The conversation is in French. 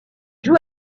joue